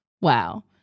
wow